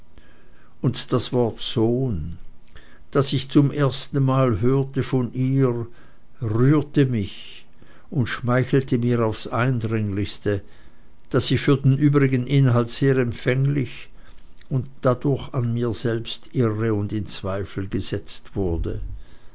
und das wort sohn das ich zum ersten male hörte von ihr rührte mich und schmeichelte mir aufs eindringlichste daß ich für den übrigen inhalt sehr empfänglich und dadurch an mir selbst irre und in zweifel gesetzt wurde